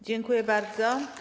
Dziękuję bardzo.